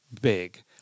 big